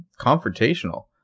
confrontational